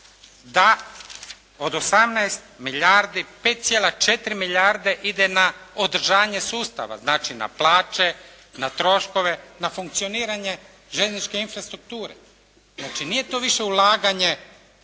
da od 18 milijardi 5,4 milijarde ide na održanje sustava, znači na plaće, na troškove, na funkcioniranje željezničke infrastrukture. Znači nije to više ulaganje